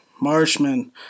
marshman